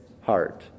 heart